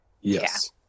Yes